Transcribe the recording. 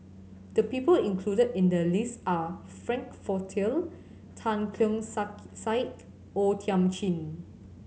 the people included in the list are Frank Tan Keong Sak Saik O Thiam Chin